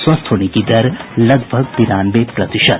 स्वस्थ होने की दर लगभग तिरानवे प्रतिशत